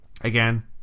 again